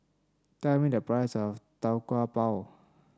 tell me the price of Tau Kwa Pau